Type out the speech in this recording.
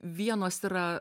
vienos yra